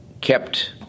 kept